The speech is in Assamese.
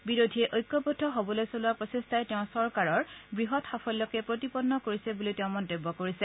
বিৰোধীয়ে ঐক্যবদ্ধ হবলৈ চলোৱা প্ৰচেষ্টাই তেওঁৰ চৰকাৰৰ বৃহৎ সাফল্যকে প্ৰতিপন্ন কৰিছে বুলি তেওঁ মন্তব্য কৰিছে